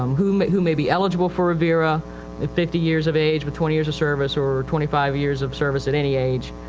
um, who, who may be eligible for a vera at fifty years of age, with twenty years of service or twenty five years of service at any age.